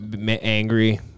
angry